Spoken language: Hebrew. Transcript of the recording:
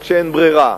רק כשאין ברירה.